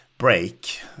break